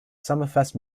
summerfest